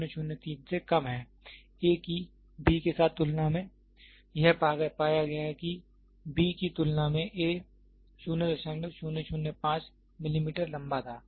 a की b के साथ तुलना में यह पाया गया कि बी की तुलना में a 00005 मिलीमीटर लंबा था